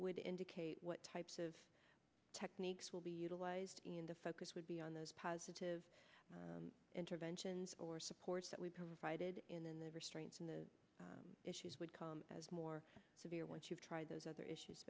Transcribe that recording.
would indicate what types of techniques will be utilized in the focus would be on those positive interventions or supports that we provided in the restraints in the issues would come as more severe once you've tried those other issues